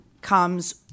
comes